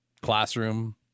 classroom